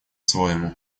своему